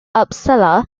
uppsala